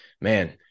man